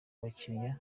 abakiliya